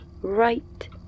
right